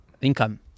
income